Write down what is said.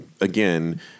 again